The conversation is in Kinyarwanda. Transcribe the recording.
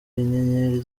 inyenyeri